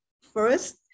first